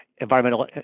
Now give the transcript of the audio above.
environmental